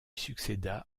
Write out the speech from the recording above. succéda